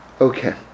Okay